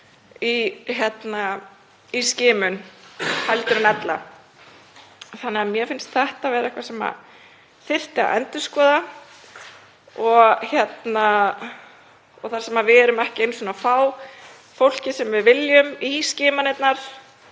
í skimun en ella. Mér finnst þetta vera eitthvað sem þyrfti að endurskoða. Þar sem við erum ekki einu sinni að fá fólkið sem við viljum í skimanirnar